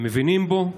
הם מבינים בו,